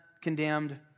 condemned